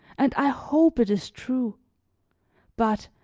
and i hope it is true but,